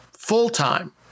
full-time